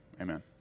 amen